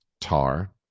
Tar